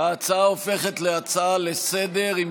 ההצעה הופכת להצעה לסדר-היום.